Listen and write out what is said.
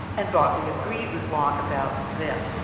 and berkeley agreed with locke about this.